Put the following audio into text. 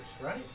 right